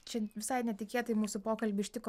čia visai netikėtai mūsų pokalbį ištiko